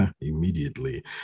immediately